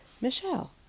Michelle